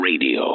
Radio